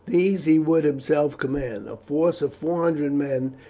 these he would himself command. a force of four hundred men,